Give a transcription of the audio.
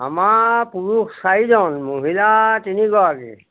আমাৰ পুৰুষ চাৰিজন মহিলা তিনিগৰাকী